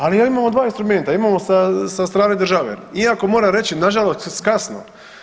Ali evo imamo dva instrumenta, imamo sa strane države, iako moram reći nažalost kasno.